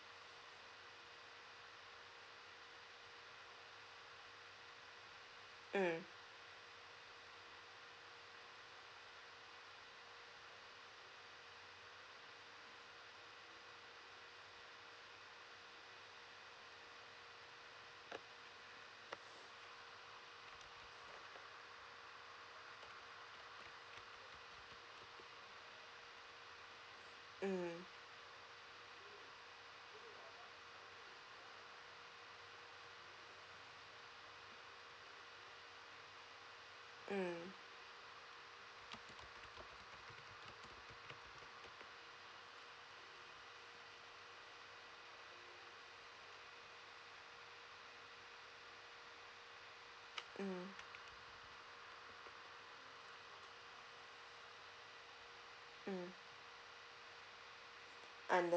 mm mm mm mm mm